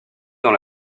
dans